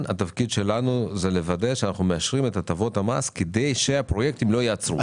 תפקידנו הוא אישור הטבות המס כדי שהפרויקטים לא ייעצרו.